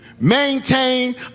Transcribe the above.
Maintain